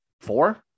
Four